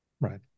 Right